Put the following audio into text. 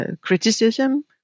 criticism